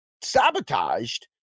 sabotaged